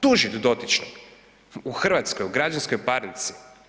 Tužit dotičnog u Hrvatskoj u građanskoj parnici?